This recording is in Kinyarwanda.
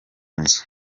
nzu